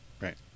right